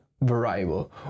variable